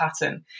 pattern